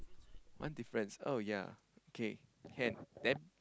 one difference oh yea K can then